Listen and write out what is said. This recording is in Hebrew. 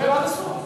אני אומר עד הסוף.